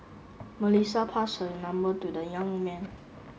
Melissa passed her number to the young man